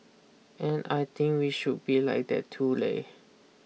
and I think we should be like that too late